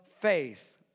faith